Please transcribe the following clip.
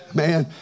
man